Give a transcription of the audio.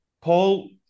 Paul